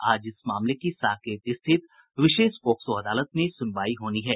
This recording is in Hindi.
आज इस मामले की साकेत स्थित विशेष पॉक्सो अदालत में सुनवाई होनी है